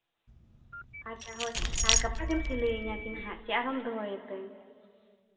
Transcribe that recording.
ᱟᱪᱪᱷᱟ ᱦᱳᱭ ᱟᱨ ᱜᱟᱯᱟ ᱜᱮᱢ ᱥᱤᱞᱟᱹᱭ ᱤᱧᱟᱹ ᱠᱤᱱᱟ ᱥᱮ ᱟᱨᱦᱚᱸᱢ ᱫᱚᱦᱚᱭᱟᱛᱤᱧ